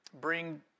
bring